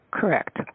Correct